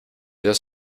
dos